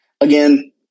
again